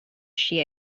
she